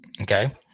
Okay